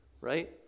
Right